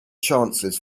chances